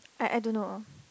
I I don't know